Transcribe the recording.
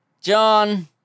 John